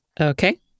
Okay